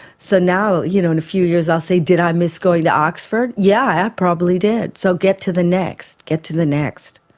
so now you know in a few years i'll say did i miss going to oxford? yeah, i probably did, so get to the next, get to the next.